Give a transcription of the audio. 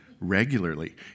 regularly